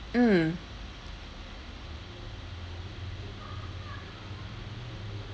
mm